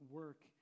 work